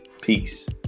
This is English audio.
Peace